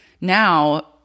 now